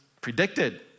predicted